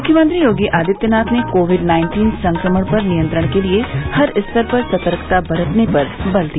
मुख्यमंत्री योगी आदित्यनाथ ने COVID nineteen संक्रमण पर नियंत्रण के लिए हर स्तर पर सतर्कता बरतने पर बल दिया